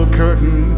curtain